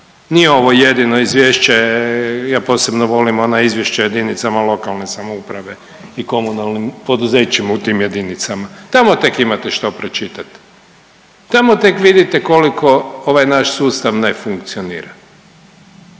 Nije ovo jedino izvješće. Ja posebno volim ona izvješća o jedinicama lokalne samouprave i komunalnim poduzećima u tim jedinicama, tamo tek imate što pročitati. Tamo tek vidite koliko ovaj naš sustav ne funkcionira,